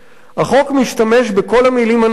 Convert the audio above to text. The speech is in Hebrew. "החוק משתמש בכל המלים הנכונות: